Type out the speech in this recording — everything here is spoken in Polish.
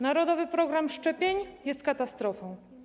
Narodowy program szczepień jest katastrofą.